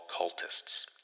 cultists